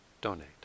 donate